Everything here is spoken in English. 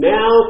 Now